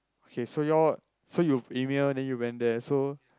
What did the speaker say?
okay so you all so you email and then you went there so